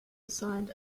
assigned